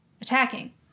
attacking